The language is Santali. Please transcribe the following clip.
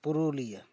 ᱯᱩᱨᱩᱞᱤᱭᱟᱹ